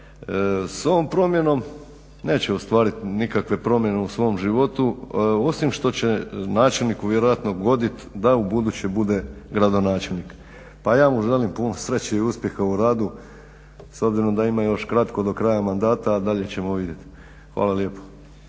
S ovom promjenom neće ostvarit nikakve promjene u svom životu osim što će načelniku vjerojatno godit da u buduće bude gradonačelnik, pa ja mu želim puno uspjeha i sreće u radu s obzirom da ima još kratko do kraja mandata, a dalje ćemo vidjeti. Hvala lijepo.